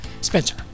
Spencer